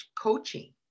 coaching